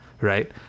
right